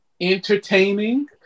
entertaining